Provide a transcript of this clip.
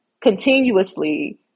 continuously